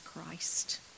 Christ